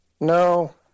No